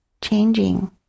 changing